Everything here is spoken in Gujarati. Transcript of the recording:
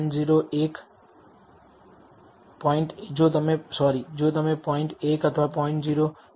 1 અથવા 0